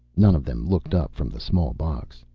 none of them looked up from the small box.